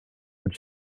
but